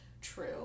True